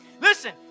Listen